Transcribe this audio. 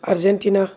Argentina